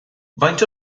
faint